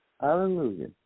Hallelujah